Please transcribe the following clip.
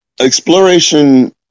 Exploration